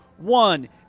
One